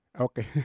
Okay